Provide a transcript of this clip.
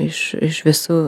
iš iš visų